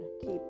keep